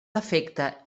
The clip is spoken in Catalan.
defecte